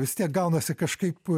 vis tiek gaunasi kažkaip